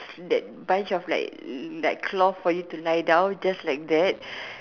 that bunch of like cloth for you to lie down just like that